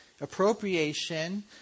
Appropriation